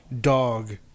dog